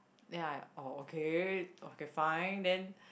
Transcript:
then I oh okay okay fine then